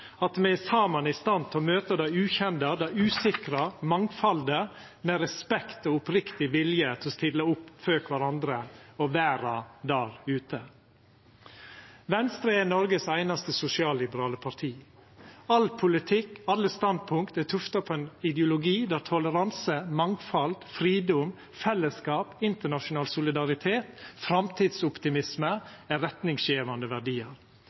at me saman er i stand til å møta det ukjende og usikre mangfaldet med respekt og oppriktig vilje til å stilla opp for kvarandre og verda der ute. Venstre er Noregs einaste sosialliberale parti. All politikk, alle standpunkt, er tufta på ein ideologi der toleranse, mangfald, fridom, fellesskap, internasjonal solidaritet og framtidsoptimisme er retningsgjevande verdiar.